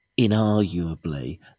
inarguably